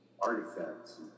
artifacts